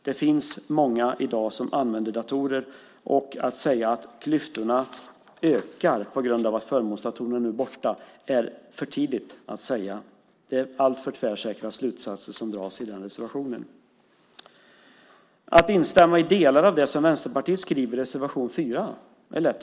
Det finns i dag många som använder datorer, och att säga att klyftorna ökar på grund av att förmånsdatorerna nu är borta är att gå händelserna i förväg. Det är alltför tidigt att dra så tvärsäkra slutsatser som i reservationen. Att instämma i delar av det som Vänsterpartiet skriver i reservation 4 är lätt.